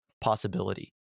possibility